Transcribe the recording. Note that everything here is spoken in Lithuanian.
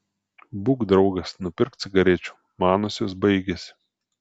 būk draugas nupirk cigarečių manosios baigėsi